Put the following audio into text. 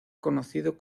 conocido